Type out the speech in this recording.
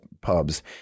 pubs